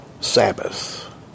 Sabbath